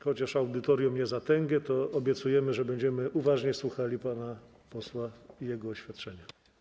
Chociaż audytorium nie za tęgie, to obiecujemy, że będziemy uważnie słuchali pana posła i jego oświadczenia.